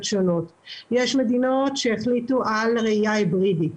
שונות; יש מדינות שהחליטו על ראיה היברידית.